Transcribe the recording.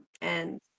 and-